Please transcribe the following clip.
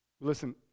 Listen